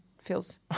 Feels